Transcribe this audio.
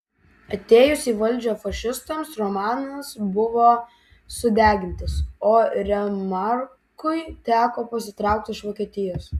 atėjus į valdžią fašistams romanas buvo sudegintas o remarkui teko pasitraukti iš vokietijos